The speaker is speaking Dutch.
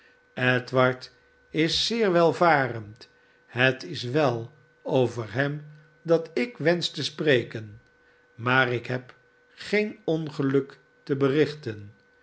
edward is zeer welvarend het is wel over hem dat ik wensch te spreken maar ik heb geen ongeluk te berichten